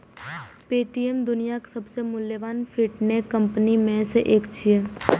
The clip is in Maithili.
पे.टी.एम दुनियाक सबसं मूल्यवान फिनटेक कंपनी मे सं एक छियै